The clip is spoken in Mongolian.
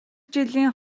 жилийн